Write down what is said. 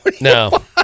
No